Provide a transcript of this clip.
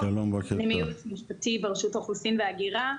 אני מהייעוץ המשפטי ברשות האוכלוסין וההגירה.